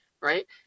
Right